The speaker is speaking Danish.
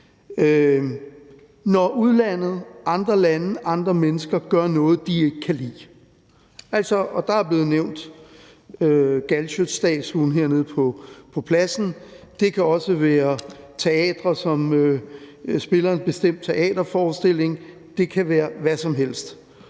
når udlandet, andre lande, andre mennesker, gør noget, de ikke kan lide. Der er blevet nævnt Galschiøtstatuen hernede på pladsen. Det kan også være teatre, som spiller en bestemt teaterforestilling. Det kan være hvad som helst.